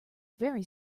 very